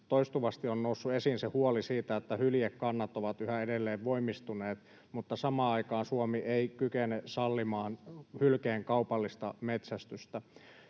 toistuvasti on noussut esiin huoli siitä, että hyljekannat ovat yhä edelleen voimistuneet mutta samaan aikaan Suomi ei kykene sallimaan hylkeen kaupallista metsästystä.